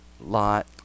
lot